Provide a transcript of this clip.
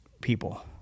people